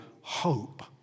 hope